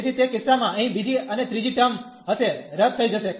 તેથી તે કિસ્સામાં અહીં બીજી અને ત્રીજી ટર્મ હશે રદ થઈ જશે